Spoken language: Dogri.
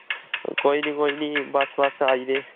कोई नी कोई नी बस बस आई गेदे